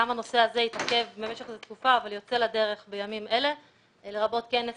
גם הנושא הזה התעכב במשך תקופה אבל יוצא לדרך בימים אלה לרבות כנס